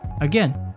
Again